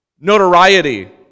notoriety